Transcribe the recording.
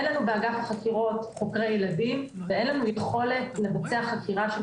אין לנו באגף החקירות חוקרי ילדים ואין לנו יכולת לבצע כזאת.